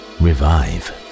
revive